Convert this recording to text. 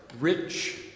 rich